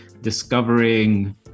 discovering